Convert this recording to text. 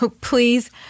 please